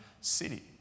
city